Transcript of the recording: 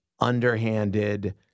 underhanded